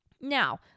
Now